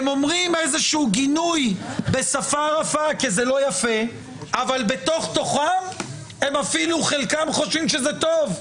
הם מוסרים גינוי בשפה רפה אבל בתוך-תוכם חלקם אף חושבים שזה טוב.